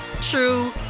true